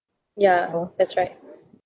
yeah that's right